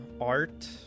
art